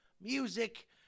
Music